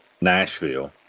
Nashville